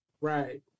Right